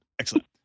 Excellent